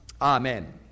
Amen